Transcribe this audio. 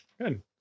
Good